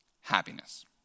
happiness